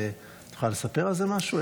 את יכולה לספר על זה משהו,